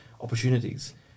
opportunities